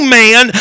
man